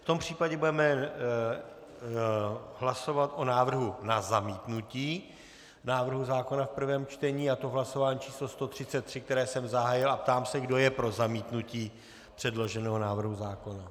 V tom případě budeme hlasovat o návrhu na zamítnutí návrhu zákona v prvém čtení, a to v hlasování číslo 133, které jsem zahájil, a ptám se, kdo je pro zamítnutí předloženého návrhu zákona.